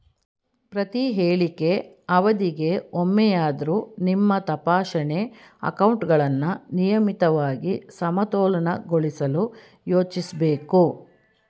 ಪ್ರತಿಹೇಳಿಕೆ ಅವಧಿಗೆ ಒಮ್ಮೆಯಾದ್ರೂ ನಿಮ್ಮ ತಪಾಸಣೆ ಅಕೌಂಟ್ಗಳನ್ನ ನಿಯಮಿತವಾಗಿ ಸಮತೋಲನಗೊಳಿಸಲು ಯೋಚಿಸ್ಬೇಕು